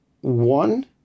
one